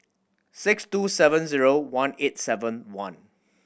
six two seven zero one eight seven one